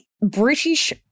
British